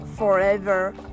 forever